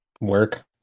work